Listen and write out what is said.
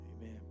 Amen